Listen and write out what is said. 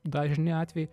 dažni atvejai